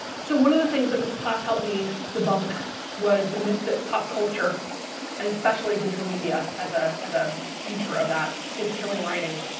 so one of the things that this class helped me debunk was the myths that pop culture and especially digital media as ah as a feature of that is killing writing.